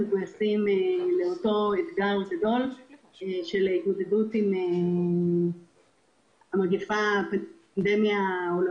נכנסים לאותו אתגר גדול של התמודדות עם המגפה העולמית,